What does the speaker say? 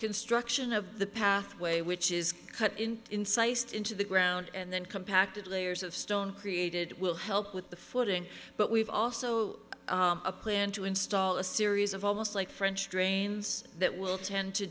construction of the pathway which is cut in insights into the ground and then compacted layers of stone created will help with the footing but we've also a plan to install a series of almost like french drains that will tend to